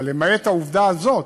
אבל למעט העובדה הזאת,